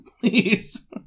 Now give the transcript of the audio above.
please